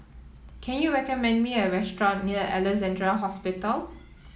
can you recommend me a restaurant near Alexandra Hospital